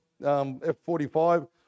F45